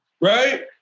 right